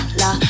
la